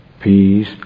peace